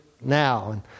now